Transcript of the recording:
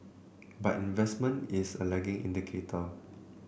but investment is a lagging indicator